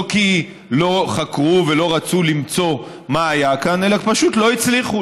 לא כי לא חקרו ולא רצו למצוא מה היה כאן אלא פשוט לא הצליחו,